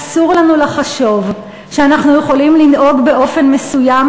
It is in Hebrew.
אסור לנו לחשוב שאנחנו יכולים לנהוג באופן מסוים